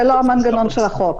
זה לא המנגנון של החוק.